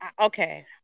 okay